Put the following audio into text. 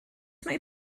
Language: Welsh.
mae